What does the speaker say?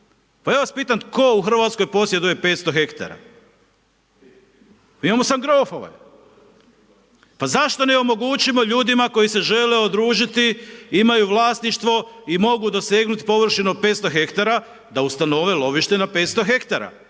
Pa ja vas pitam tko u Hrvatskoj posjeduje 500 hektara? Mi imamo .../Govornik se ne razumije./.... Pa zašto ne omogućimo ljudima koji se žele udružiti, imaju vlasništvo i mogu dosegnuti površinu od 500 hektara da ustanove lovište na 500 hektara